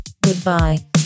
Goodbye